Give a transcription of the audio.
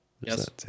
Yes